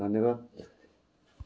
धन्यवाद